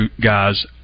guys